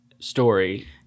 Story